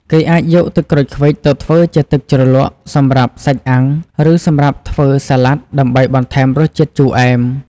គេអាចយកទឹកក្រូចឃ្វិចទៅធ្វើជាទឹកជ្រលក់សម្រាប់សាច់អាំង ឬសម្រាប់ធ្វើសាឡាត់ដើម្បីបន្ថែមរសជាតិជូរអែម។